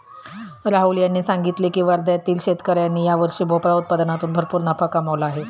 राहुल यांनी सांगितले की वर्ध्यातील शेतकऱ्यांनी यावर्षी भोपळा उत्पादनातून भरपूर नफा कमावला आहे